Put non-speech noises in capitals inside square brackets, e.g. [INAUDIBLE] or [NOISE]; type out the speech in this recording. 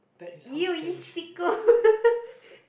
you you sicko [LAUGHS]